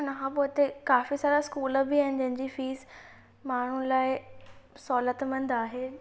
इन खां पोइ इते काफ़ी सारा स्कूल बि आहिनि जंहिं जी फ़ीस माण्हुनि लाइ सहूलियत मंद आहे